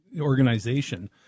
organization